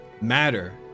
matter